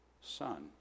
son